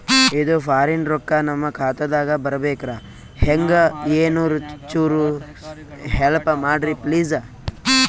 ಇದು ಫಾರಿನ ರೊಕ್ಕ ನಮ್ಮ ಖಾತಾ ದಾಗ ಬರಬೆಕ್ರ, ಹೆಂಗ ಏನು ಚುರು ಹೆಲ್ಪ ಮಾಡ್ರಿ ಪ್ಲಿಸ?